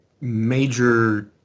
major